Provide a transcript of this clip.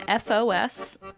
FOS